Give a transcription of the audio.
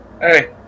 Hey